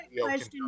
Question